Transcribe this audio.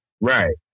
Right